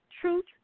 Truth